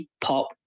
pop